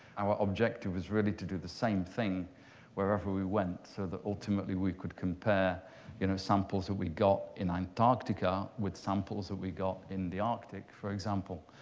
our objective was really to do the same thing wherever we went, so that ultimately we could compare you know samples that we got in antarctica with samples that we got in the arctic, for example.